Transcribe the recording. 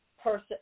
person